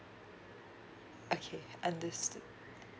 okay understood